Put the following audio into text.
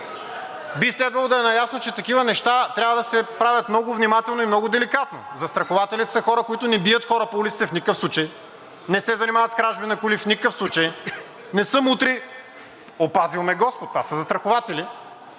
би следвало да е наясно, че такива неща трябва да се правят много внимателно и много деликатно. Застрахователите са хора, които не бият хора по улиците в никакъв случай; не се занимават с кражби на коли в никакъв случай; не са мутри – опазил ме господ! – това са застрахователи.